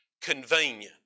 convenient